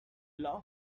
law